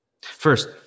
First